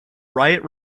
riot